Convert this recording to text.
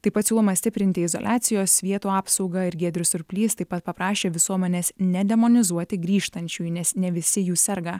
taip pat siūloma stiprinti izoliacijos vietų apsaugą ir giedrius surplys taip pat paprašė visuomenės nedemonizuoti grįžtančiųjų nes ne visi jų serga